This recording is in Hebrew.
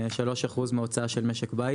אין לנו בכלל מוצרים על המדף.